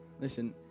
listen